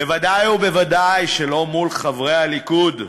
בוודאי ובוודאי לא מול חברי הליכוד,